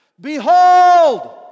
Behold